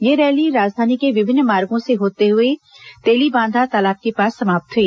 यह रैली राजधानी के विभिन्न मार्गों से होते हए तेलीबांधा तालाब के पास समाप्त हुई